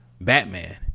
Batman